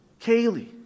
Kaylee